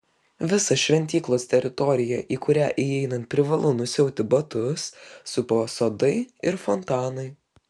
visą šventyklos teritoriją į kurią įeinant privalu nusiauti batus supa sodai ir fontanai